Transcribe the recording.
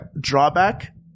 Drawback